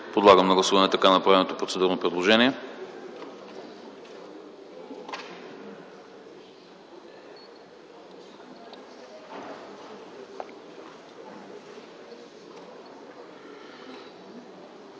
Подлагам на гласуване така направеното процедурно предложение.